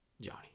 Johnny